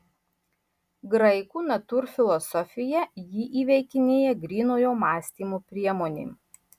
graikų natūrfilosofija jį įveikinėja grynojo mąstymo priemonėm